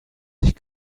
sich